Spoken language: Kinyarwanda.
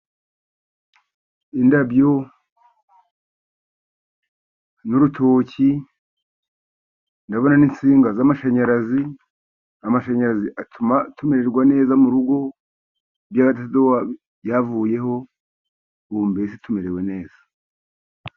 Indabyo n'urutoki, ndabona n'insinga z'amashanyarazi, amashanyarazi atuma tumererwa neza mu rugo, iby'agatadowa byavuyeho ubu mbese tumerewe neza.